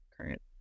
current